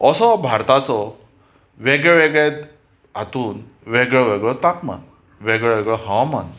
असो भारताचो वेगळ्या वेगळ्या हातूंत वेगळो वेगळो तापमान वेगळो वेगळो हवामान